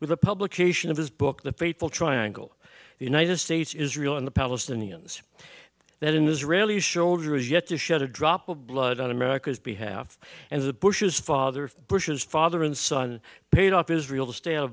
with the publication of his book the fateful triangle the united states israel and the palestinians that in israeli shoulder is yet to shed a drop of blood on america's behalf and the bush's father bush's father and son paid up israel to stay o